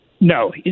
No